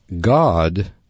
God